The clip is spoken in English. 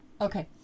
Okay